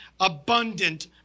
abundant